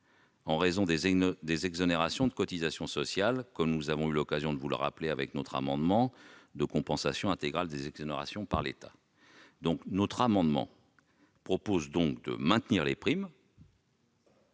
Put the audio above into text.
en raison des exonérations de cotisations sociales, comme nous avons eu l'occasion de vous le rappeler avec notre amendement de compensation intégrale des exonérations par l'État. Notre amendement vise donc à maintenir les primes